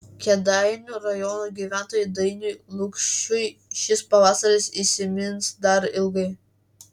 kėdainių rajono gyventojui dainiui lukšiui šis pavasaris įsimins dar ilgai